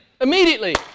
Immediately